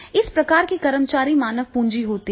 इस प्रकार के कर्मचारी मानव पूंजी होते हैं